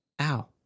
ow